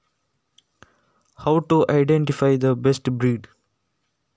ಉತ್ತಮ ತಳಿಯನ್ನು ಗುರುತಿಸುವುದು ಹೇಗೆ?